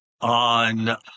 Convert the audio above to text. on